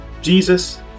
Jesus